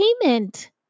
payment